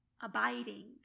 abiding